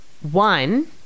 One